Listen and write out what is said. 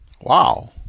Wow